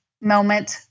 moment